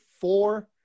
four